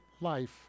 life